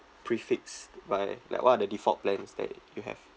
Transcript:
prefixed by like what are the default plans that you have